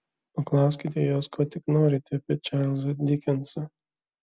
paklauskite jos ko tik norite apie čarlzą dikensą